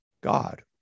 God